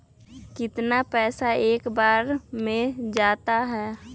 कितना पैसा एक बार में जाता है?